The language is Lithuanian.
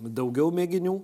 daugiau mėginių